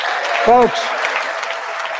Folks